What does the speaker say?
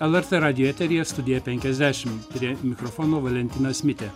lrt radijo eteryje studija penkiasdešimt prie mikrofono valentinas mitė